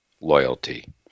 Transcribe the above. loyalty